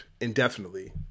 indefinitely